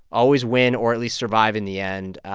always win or at least survive in the end.